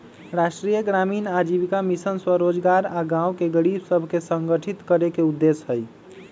राष्ट्रीय ग्रामीण आजीविका मिशन स्वरोजगार आऽ गांव के गरीब सभके संगठित करेके उद्देश्य हइ